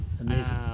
Amazing